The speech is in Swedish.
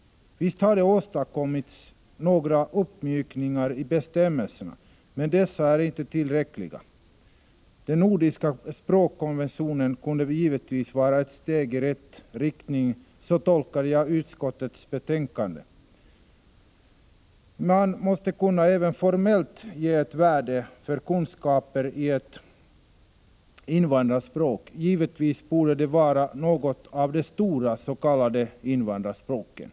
Visst har det åstadkommits några uppmjukningar i bestämmelserna, men dessa är inte tillräckliga. Den nordiska språkkonventionen kunde givetvis vara ett steg i rätt riktning. Så har jag tolkat utskottets betänkande. Man måste även formellt kunna ge kunskaper i ett invandrarspråk ett värde. Givetvis bör det vara något av de stora s.k. invandrarspråken.